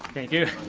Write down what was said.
thank you.